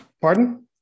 Pardon